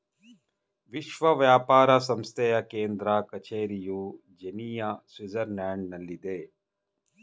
ವಿಶ್ವ ವ್ಯಾಪಾರ ಸಂಸ್ಥೆಯ ಕೇಂದ್ರ ಕಚೇರಿಯು ಜಿನಿಯಾ, ಸ್ವಿಟ್ಜರ್ಲ್ಯಾಂಡ್ನಲ್ಲಿದೆ